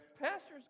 pastors